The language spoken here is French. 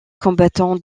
combattants